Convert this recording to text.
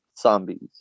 zombies